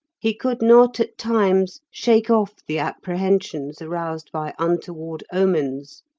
he could not at times shake off the apprehensions aroused by untoward omens,